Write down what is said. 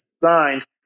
designed